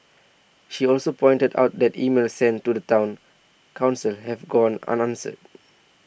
she also pointed out that emails sent to the Town Council have gone unanswered